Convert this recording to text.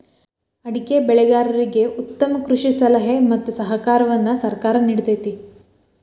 ಅಡಿಕೆ ಬೆಳೆಗಾರರಿಗೆ ಉತ್ತಮ ಕೃಷಿ ಸಲಹೆ ಮತ್ತ ಸಹಕಾರವನ್ನು ಸರ್ಕಾರ ನಿಡತೈತಿ